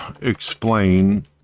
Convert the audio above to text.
explain